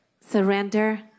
surrender